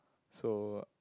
so